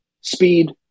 speed